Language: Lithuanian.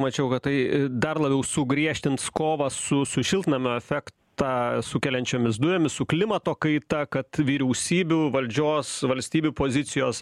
mačiau kad tai dar labiau sugriežtins kovą su su šiltnamio efektą sukeliančiomis dujomis su klimato kaita kad vyriausybių valdžios valstybių pozicijos